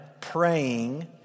praying